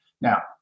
Now